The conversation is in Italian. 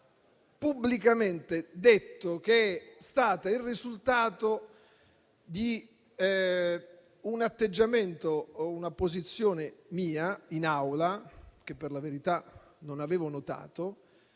pubblicamente detto che è stato il risultato di un atteggiamento o una mia posizione in Aula, che per la verità, non avevo notato,